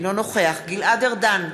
אינו נוכח גלעד ארדן,